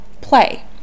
play